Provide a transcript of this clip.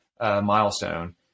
milestone